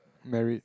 married